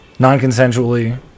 non-consensually